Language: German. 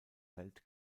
welt